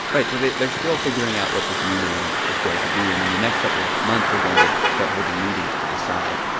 right. so they're still figuring out what this new name is going to be. and in the next couple of months, they're going to start holding meetings to decide.